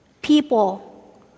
people